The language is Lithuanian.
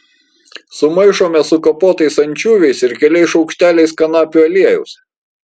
sumaišome su kapotais ančiuviais ir keliais šaukšteliais kanapių aliejaus